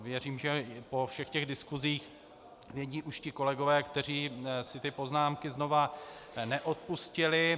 Věřím, že to po všech těch diskusích vědí už ti kolegové, kteří si ty poznámky znovu neodpustili.